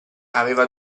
aveva